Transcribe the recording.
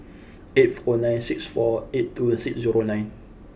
eight four nine six four eight two six zero nine